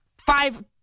five